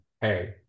hey